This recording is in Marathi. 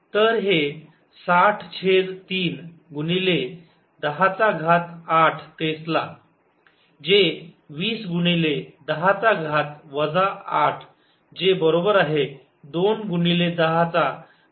तर हे 60 छेद 3 गुणिले 10 चा घात 8 तेसला जे 20 गुणिले 10 चा घात वजा 8 जे बरोबर आहे 2 गुणिले 10 चा घात वजा 7 तेसला